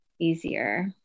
easier